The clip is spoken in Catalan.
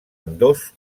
ambdós